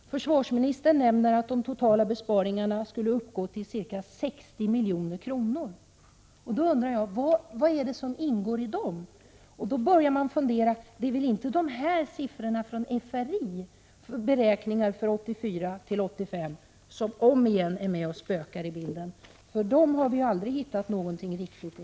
Försvarsministern nämner att de totala besparingarna skulle uppgå till ca 60 milj.kr. Då undrar jag: Vad är det som ingår i det beloppet? Det är väl inte siffrorna från försvarets rationaliseringsinstituts beräkningar för 1984/85 som om igen är med och spökar i bilden? Dem har vi ju aldrig hittat någonting riktigt i.